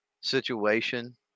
situation